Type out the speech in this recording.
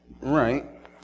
Right